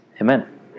Amen